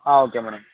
ఆ okay madam